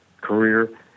career